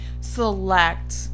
select